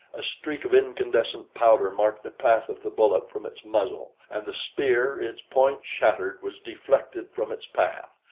a streak of incandescent powder marked the path of the bullet from its muzzle and the spear, its point shattered, was deflected from its path.